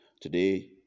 Today